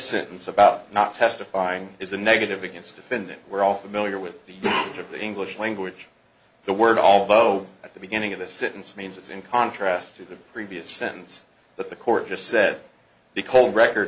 sentence about not testifying is a negative against defendant we're all familiar with the of the english language the word although at the beginning of the sentence means it's in contrast to the previous sentence but the court just said the cold record